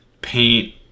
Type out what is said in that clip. paint